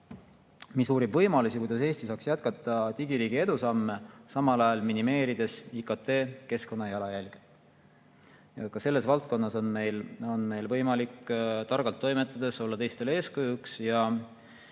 mis uurib võimalusi, kuidas Eesti saaks jätkata digiriigi edusamme, samal ajal minimeerides IKT keskkonnajalajälge. Ka selles valdkonnas on meil võimalik targalt toimetades olla teistele eeskujuks ja